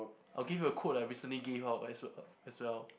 I'll give you a quote that I recently gave out as as well